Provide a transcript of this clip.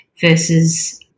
versus